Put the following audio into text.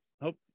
Hope